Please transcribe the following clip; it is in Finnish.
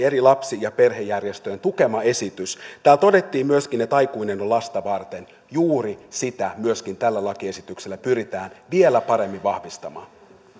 eri lapsi ja perhejärjestöjen tukema esitys täällä todettiin myöskin että aikuinen on lasta varten juuri sitä myöskin tällä lakiesityksellä pyritään vielä paremmin vahvistamaan